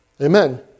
Amen